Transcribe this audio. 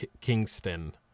Kingston